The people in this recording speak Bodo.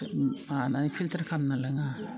माना फिल्टार खालाम नाङा